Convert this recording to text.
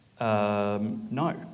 No